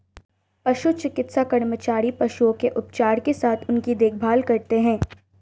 पशु चिकित्सा कर्मचारी पशुओं के उपचार के साथ उनकी देखभाल करते हैं